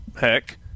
heck